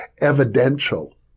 evidential